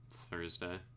thursday